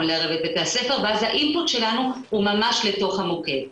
לערב את בתי הספר ואז האינפוט שלנו הוא ממש לתוך המוקד,